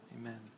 Amen